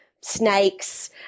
snakes